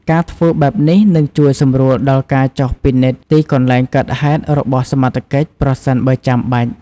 ការធ្វើបែបនេះនឹងជួយសម្រួលដល់ការចុះពិនិត្យទីកន្លែងកើតហេតុរបស់សមត្ថកិច្ច ប្រសិនបើចាំបាច់។